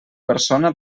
persona